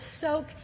soak